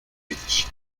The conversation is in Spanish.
beach